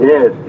Yes